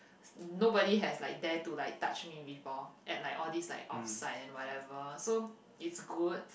nobody has like dare to like touch me before at like all these like off site and whatever so it's good